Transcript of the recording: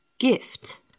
Gift